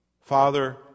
Father